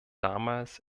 damals